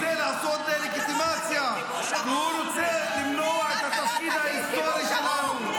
הוא לא יגיד "כיבוש ארור".